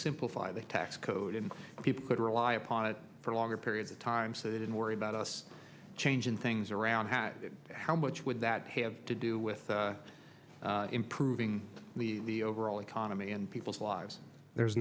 simplify the tax code and people could rely upon it for longer periods of time so they didn't worry about us changing things around how how much would that have to do with improving the overall economy and people's lives there